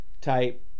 type